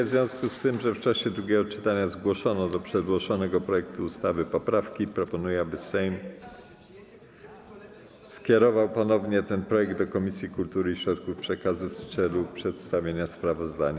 W związku z tym, że w czasie drugiego czytania zgłoszono do przedłożonego projektu ustawy poprawki, proponuję, aby Sejm skierował ponownie ten projekt do Komisji Kultury i Środków Przekazu w celu przedstawienia sprawozdania.